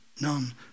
None